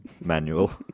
manual